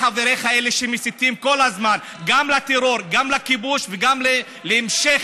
חבר הכנסת אמיר אוחנה, איננו נוכח,